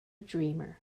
dreamer